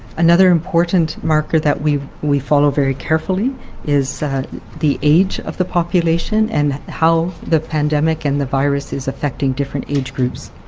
another important marker that we we follow very carefully is the age of the population and how the pandemic and the virus is affecting different age groups.